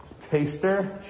taster